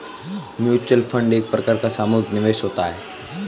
mutual fund एक प्रकार का सामुहिक निवेश होता है